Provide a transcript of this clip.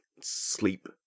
sleep